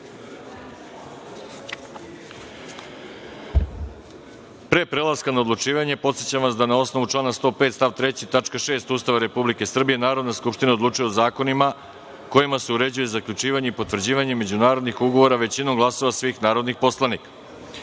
prelaska na odlučivanje podsećam vas da na osnovu člana 105. stav 3. tačka 6. Ustava Republike Srbije, Narodna skupština odlučuje o zakonima kojima se uređuju zaključivanje i potvrđivanje međunarodnih ugovora većina glasova svih narodnih poslanika. Stavljam